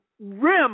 rim